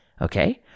Okay